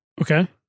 Okay